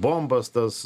bombas tas